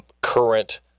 current